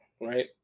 right